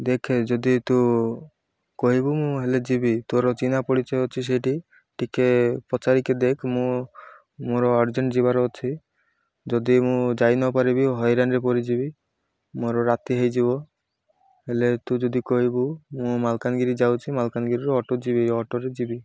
ଦେଖେ ଯଦି ତୁ କହିବୁ ମୁଁ ହେଲେ ଯିବି ତୋର ଚିହ୍ନା ପରିଚୟ ଅଛି ସେଇଠି ଟିକେ ପଚାରିକି ଦେଖ ମୁଁ ମୋର ଅର୍ଜେଣ୍ଟ ଯିବାର ଅଛି ଯଦି ମୁଁ ଯାଇ ନପାରିବି ହଇରାଣରେ ପଡ଼ିଯିବି ମୋର ରାତି ହେଇଯିବ ହେଲେ ତୁ ଯଦି କହିବୁ ମୁଁ ମାଲକାନଗିରି ଯାଉଛି ମାଲକାନଗିରିରୁ ଅଟୋ ଯିବି ଅଟୋରେ ଯିବି